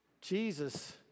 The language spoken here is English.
Jesus